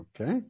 Okay